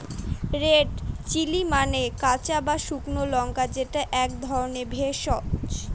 red chilli মানে কাঁচা বা শুকনো লঙ্কা যেটা এক ধরনের ভেষজ